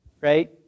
right